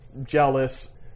jealous